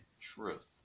truth